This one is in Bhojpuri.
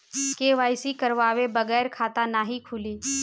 के.वाइ.सी करवाये बगैर खाता नाही खुली?